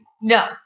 No